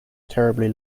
terribly